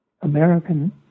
American